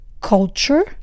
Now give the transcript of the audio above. culture